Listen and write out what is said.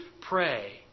pray